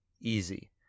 Easy